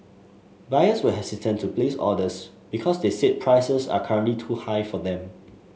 buyers were hesitant to place orders because they said prices are currently too high for them